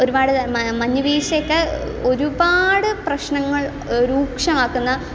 ഒരുപാട് മഞ്ഞുവീഴ്ച ഒക്കെ ഒരുപാട് പ്രശ്നങ്ങൾ രൂക്ഷമാക്കുന്ന